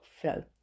flow